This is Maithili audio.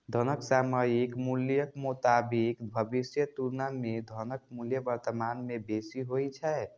धनक सामयिक मूल्यक मोताबिक भविष्यक तुलना मे धनक मूल्य वर्तमान मे बेसी होइ छै